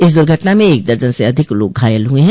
इस दुर्घटना में एक दर्जन से अधिक लोग घायल हुए हैं